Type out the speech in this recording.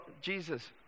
Jesus